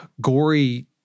gory